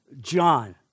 John